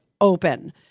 open